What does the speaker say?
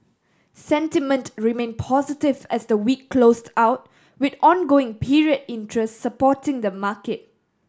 sentiment remain positive as the week closed out with ongoing period interest supporting the market